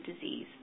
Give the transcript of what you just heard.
disease